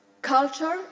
Culture